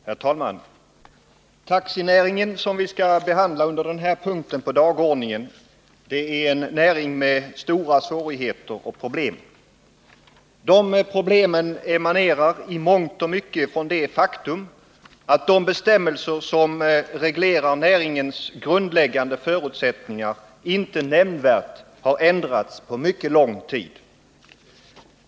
Herr talman! Taxinäringen, som vi skall behandla under den här punkten på dagordningen, är en näring med stora svårigheter och problem. Dessa emanerar i mångt och mycket från det faktum att de bestämmelser som reglerar näringens grundläggande förutsättningar inte nämnvärt har ändrats på mycket lång tid.